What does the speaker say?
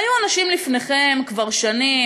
היו אנשים לפניכם כבר שנים,